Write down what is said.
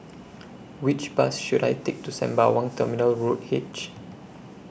Which Bus should I Take to Sembawang Terminal Road H